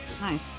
Nice